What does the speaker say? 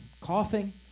coughing